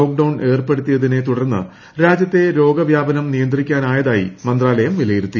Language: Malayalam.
ലോക്ഡൌൺ ഏർപ്പെടുത്തിയതിനെ തുടർന്ന് രാജ്യത്തെ രോഗവ്യാപനം നിയന്ത്രിക്കാനാതായി മന്ത്രാലയം വിലയിരുത്തി